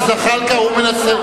בפעילות של הממשלה שלך.